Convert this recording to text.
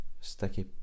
Sticky